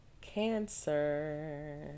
cancer